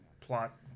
plot